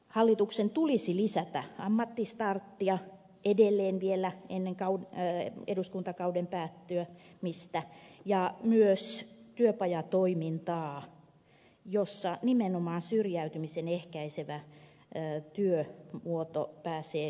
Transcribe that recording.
hallituksen tulisi lisätä ammattistarttia edelleen vielä ennen eduskuntakauden päättymistä ja myös työpajatoimintaa jossa nimenomaan syrjäytymisen ehkäisevä työmuoto pääsee kukkimaan